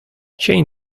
chain